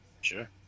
Sure